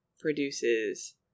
produces –